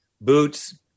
boots